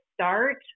start